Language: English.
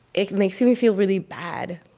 it makes me me feel really bad.